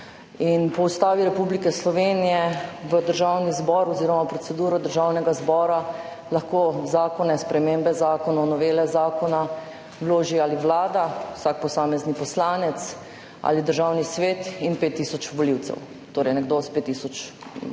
po Ustavi Republike Slovenije v Državni zbor oziroma v proceduro Državnega zbora lahko zakone, spremembe zakonov, novele zakonov vloži Vlada, vsak posamezen poslanec ali Državni svet in 5 tisoč volivcev, torej nekdo s 5 tisoč podpisi